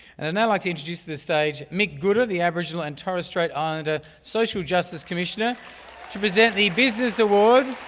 and i'd now like to introduce at this stage mick gooda, the aboriginal and torres strait islander social justice commissioner to present the business award